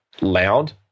loud